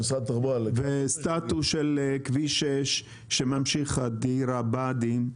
סטטוס של כביש 6 שממשיך עד עיר הבה"דים,